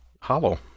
Hollow